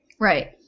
Right